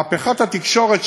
מהפכת התקשורת,